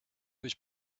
was